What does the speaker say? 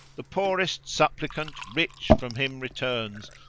the poorest supplicant rich from him returns,